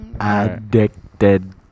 Addicted